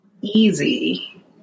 easy